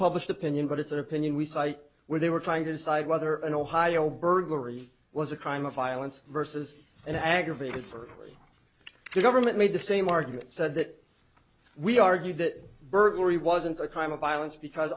unpublished opinion but it's an opinion we cite where they were trying to decide whether an ohio burglary was a crime of violence versus an aggravated for the government made the same argument said that we argued that burglary wasn't a crime of violence because